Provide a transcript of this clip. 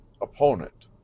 opponent